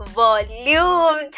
volume